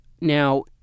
Now